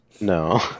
No